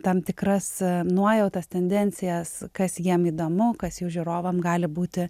tam tikras nuojautas tendencijas kas jiem įdomu kas jų žiūrovam gali būti